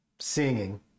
Singing